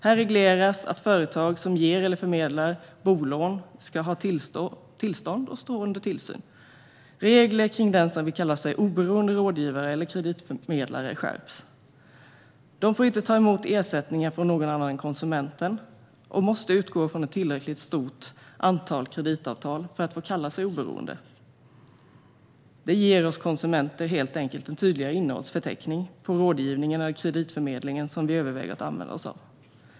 Där regleras att företag som ger eller förmedlar bolån ska ha tillstånd och stå under tillsyn. Regler kring den som vill kalla sig oberoende rådgivare eller kreditförmedlare skärps. Man får inte ta emot ersättningar från någon annan än konsumenten och måste utgå från ett tillräckligt stort antal kreditavtal för att få kalla sig oberoende. Detta ger helt enkelt oss konsumenter en tydligare innehållsförteckning för den rådgivning eller kreditförmedling som vi överväger att använda oss av.